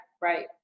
right